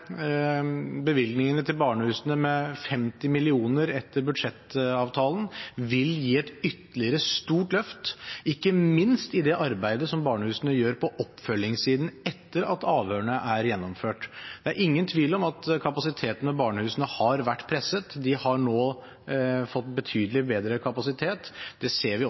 bevilgningene til barnehusene med 50 mill. kr etter budsjettavtalen vil gi et ytterligere stort løft, ikke minst for det arbeidet som barnehusene gjør på oppfølgingssiden etter at avhørene er gjennomført. Det er ingen tvil om at kapasiteten ved barnehusene har vært presset. De har nå fått betydelig bedre kapasitet. Det ser vi